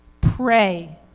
Pray